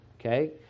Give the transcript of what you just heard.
okay